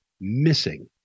missing